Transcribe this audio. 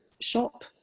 shop